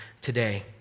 today